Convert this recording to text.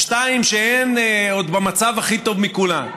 השתיים שהן עוד במצב הכי טוב מכולן.